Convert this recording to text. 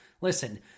Listen